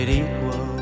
equal